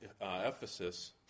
Ephesus